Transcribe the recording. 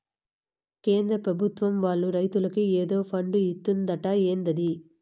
కేంద్ర పెభుత్వం వాళ్ళు రైతులకి ఏదో ఫండు ఇత్తందట ఏందది